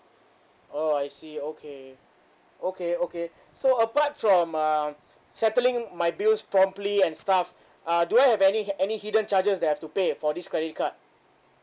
oh I see okay okay okay so apart from um settling my bills promptly and stuff uh do I have any any hidden charges that I have to pay for this credit card